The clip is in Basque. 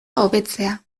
hobetzea